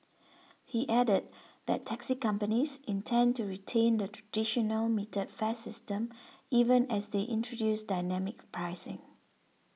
he added that taxi companies intend to retain the traditional metered fare system even as they introduce dynamic pricing